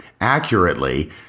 accurately